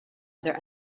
other